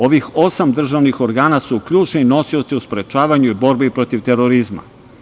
Ovih osam državnih organa su ključni nosioci u sprečavanju i borbi protiv terorizma.